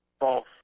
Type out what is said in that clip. false